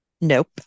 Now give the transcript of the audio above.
Nope